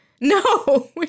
No